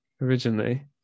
originally